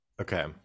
Okay